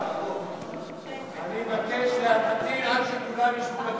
סעיפים 1 4 נתקבלו.